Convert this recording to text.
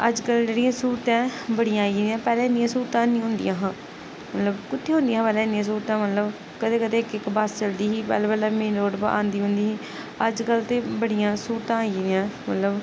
अज्जकल जेह्ड़िया स्हूलतां बड़ियां आई गेइयां पैह्ले इन्नियां स्हूलतां नेईं होंदियां हां मतलब कुत्थै होदियां हियां पैह्लें इन्नियां स्हूलतां मतलब कदें कदें इक इक बस चलदी ही पैह्ले पैह्ले मेन रोड उप्पर आंदी ऊंदी ही अज्जकल ते बड़ियां स्हूलतां आई गेदियां मतलब